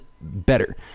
better